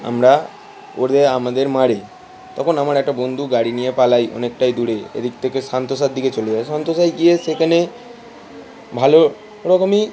আমরা ওদের আমাদের মারে তখন আমার একটা বন্ধু গাড়ি নিয়ে পালাই অনেকটাই দূরে এদিক থেকে সান্তোসার দিকে চলে যায় সান্তোসায় গিয়ে সেখানে ভালো ওরকমই